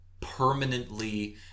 permanently